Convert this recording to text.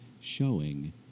showing